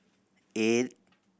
eight